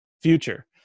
future